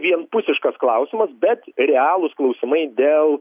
vienpusiškas klausimas bet realūs klausimai dėl